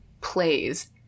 plays